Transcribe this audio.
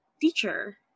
teacher